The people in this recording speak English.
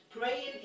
praying